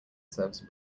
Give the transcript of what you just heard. serves